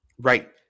Right